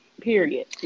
period